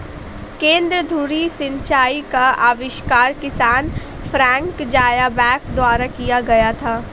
केंद्र धुरी सिंचाई का आविष्कार किसान फ्रैंक ज़ायबैक द्वारा किया गया था